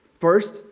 First